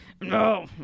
no